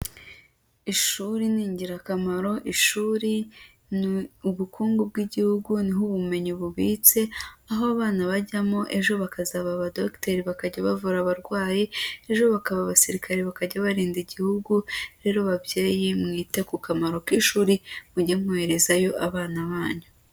Ishuri ni ingirakamaro, ishuri ni ubukungu bw'Igihugu, ni ho ubumenyi bubitse, aho abana bajyamo ejo bakazaba abadogiteri bakajya bavura abarwayi, ejo bakaba abasirikare bakajya barinda Igihugu, rero babyeyi mwite ku kamaro k'ishuri mujye mwoherezayo abana banyu.